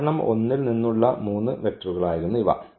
ഉദാഹരണം 1 ൽ നിന്നുള്ള മൂന്ന് വെക്റ്ററുകളായിരുന്നു ഇവ